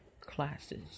classes